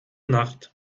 nacht